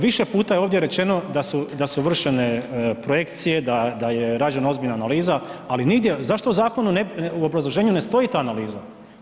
Više puta je ovdje rečeno da su vršene projekcije, da je rađena ozbiljna analiza, ali nigdje, zašto u zakonu, u obrazloženju ne stoji ta analiza?